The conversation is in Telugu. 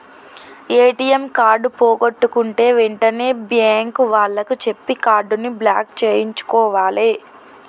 ఏ.టి.యం కార్డు పోగొట్టుకుంటే వెంటనే బ్యేంకు వాళ్లకి చెప్పి కార్డుని బ్లాక్ చేయించుకోవాలే